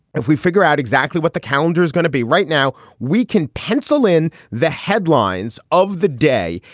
if we figure out exactly what the calendar is going to be right now, we can pencil in the headlines of the day.